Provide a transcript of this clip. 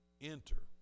Enter